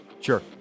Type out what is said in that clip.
sure